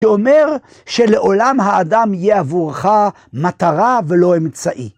שאומר שלעולם האדם יהיה עבורך מטרה ולא אמצעי.